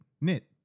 knit